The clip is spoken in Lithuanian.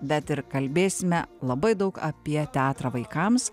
bet ir kalbėsime labai daug apie teatrą vaikams